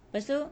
pastu